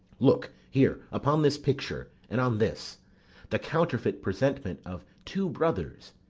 look here upon this picture, and on this the counterfeit presentment of two brothers.